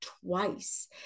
twice